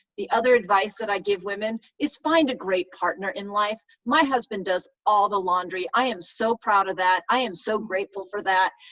the other advice that i give women is find a great partner in life. my husband does all the laundry i am so proud of that. i am so grateful for that.